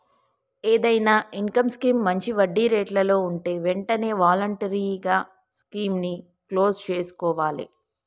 ఏదైనా income scheme మంచి వడ్డీరేట్లలో వుంటే వెంటనే వాలంటరీగా స్కీముని క్లోజ్ చేసుకోవాలే